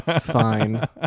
fine